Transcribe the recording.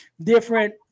different